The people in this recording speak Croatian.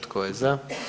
Tko je za?